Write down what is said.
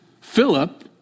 Philip